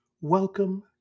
Welcome